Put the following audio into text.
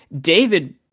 David